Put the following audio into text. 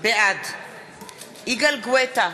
בעד יגאל גואטה,